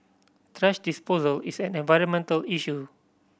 thrash disposal is an environmental issue